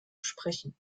sprechen